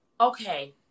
Okay